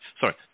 sorry